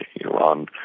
Iran